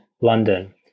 London